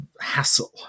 hassle